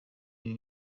ibi